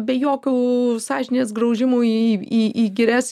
be jokių sąžinės graužimų į į į girias